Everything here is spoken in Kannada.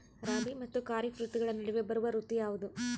ರಾಬಿ ಮತ್ತು ಖಾರೇಫ್ ಋತುಗಳ ನಡುವೆ ಬರುವ ಋತು ಯಾವುದು?